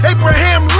Abraham